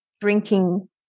drinking